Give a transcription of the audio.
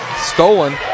Stolen